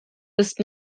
ist